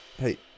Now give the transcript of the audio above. Hey